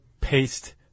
paste